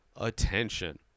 attention